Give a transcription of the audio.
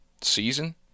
season